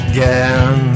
Again